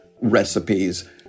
recipes